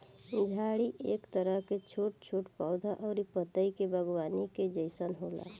झाड़ी एक तरह के छोट छोट पौधा अउरी पतई के बागवानी के जइसन होला